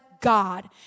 God